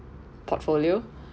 portfolio